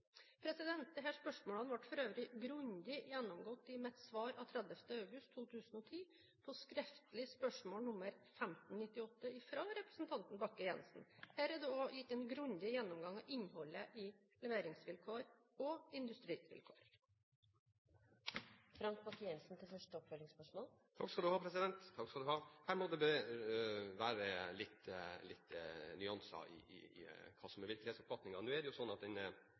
spørsmålene ble for øvrig grundig gjennomgått i mitt svar av 30. august 2010 på skriftlig spørsmål nr. 1598, fra representanten Bakke-Jensen. Her er det også gitt en grundig gjennomgang av innholdet i leveringsvilkår og industrivilkår. Her må det være litt nyanser i hva som er virkelighetsoppfatningen. Nå er det slik at den omstruktureringen som foregår i Aker Seafoods nå, har ett formål, og det er å legge Norway Seafoods ut for salg og finne nye eiere. Da er det vel slik at